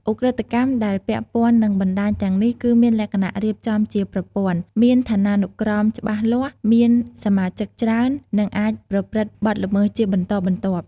ឧក្រិដ្ឋកម្មដែលពាក់ព័ន្ធនឹងបណ្តាញទាំងនេះ គឺមានលក្ខណៈរៀបចំជាប្រព័ន្ធ មានឋានានុក្រមច្បាស់លាស់ មានសមាជិកច្រើន និងអាចប្រព្រឹត្តបទល្មើសជាបន្តបន្ទាប់។